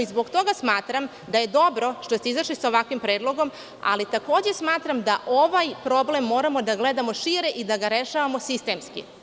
Zbog toga smatram da je dobro što ste izašli sa ovakvim predlogom, ali takođe smatram da ovaj problem moramo da gledamo šire i da ga rešavamo sistemski.